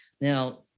Now